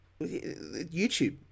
YouTube